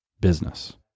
business